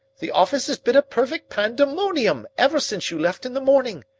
the office has been a perfect pandemonium ever since you left in the morning.